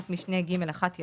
האמור בה יסומן (א), ובסופה